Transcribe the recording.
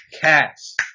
cats